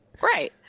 Right